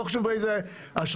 ולא חשוב באיזו אשרה,